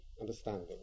understanding